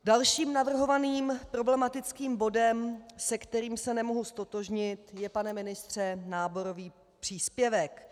Dalším navrhovaným problematickým bodem, se kterým se nemohu ztotožnit, je, pane ministře, náborový příspěvek.